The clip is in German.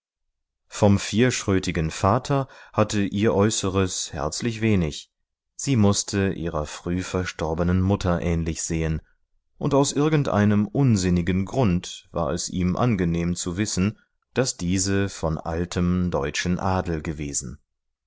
vom vierschrötigen vater hatte ihr äußeres herzlich wenig sie mußte ihrer früh verstorbenen mutter ähnlich sehen und aus irgendeinem unsinnigen grund war es ihm angenehm zu wissen daß diese von altem deutschen adel gewesen